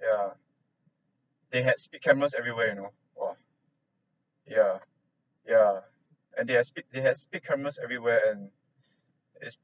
yeah they had speed cameras every where you know !wah! yeah yeah and they had speed they has speed cameras every where and it's